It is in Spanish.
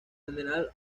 general